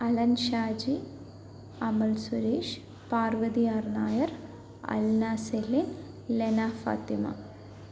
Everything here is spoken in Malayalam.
Allen Shaji Amal Suresh Parvathy R Nair Alna Celine Lena Fathima